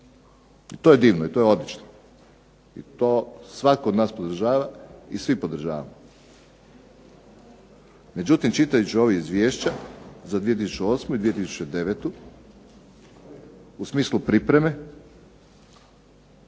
to je divno i odlično i to svatko od nas podržava i svi podržavamo. Međutim, čitajući ova Izvješća za 2008. i 2009. u smislu pripreme